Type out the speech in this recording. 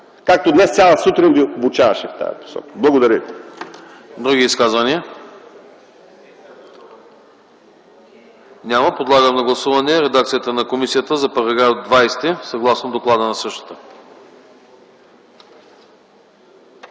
както днес цяла сутрин ви обучаваше в тази посока. Благодаря